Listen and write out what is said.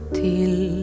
till